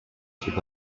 should